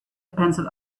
pencil